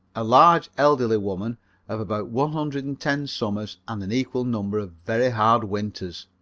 a large, elderly woman of about one hundred and ten summers and an equal number of very hard winters.